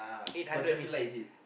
got traffic light is it